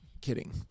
Kidding